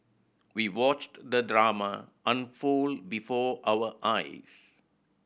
we watched the drama unfold before our eyes